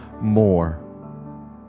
more